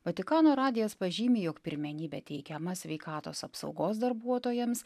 vatikano radijas pažymi jog pirmenybė teikiama sveikatos apsaugos darbuotojams